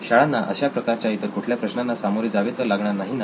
शाळांना अशा प्रकारच्या इतर कुठल्या प्रश्नांना सामोरे जावे तर लागणार नाही ना